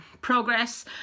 progress